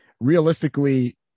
Realistically